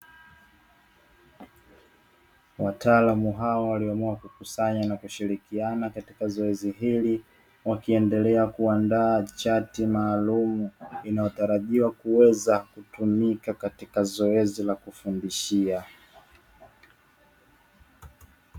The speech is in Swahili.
Wataalamu hawa walioamua kukusanya na kushirikiana katika zoezi hili, wakiendelea kuandaa chati maalumu inayotarajiwa kuweza kutumika katika zoezi la kufundishia.